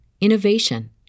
innovation